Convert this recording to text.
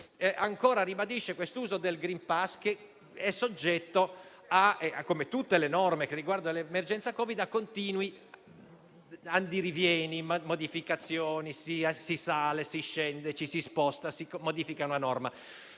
- ribadisce l'uso del *green pass*, soggetto, come tutte le norme che riguardano l'emergenza Covid, a continui andirivieni e modificazioni: si sale, si scende, ci si sposta, si modifica la norma.